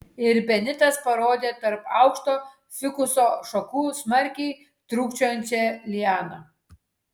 ir benitas parodė tarp aukšto fikuso šakų smarkiai trūkčiojančią lianą